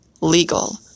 Legal